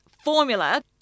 formula